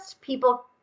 people